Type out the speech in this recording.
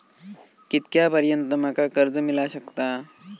कितक्या पर्यंत माका कर्ज मिला शकता?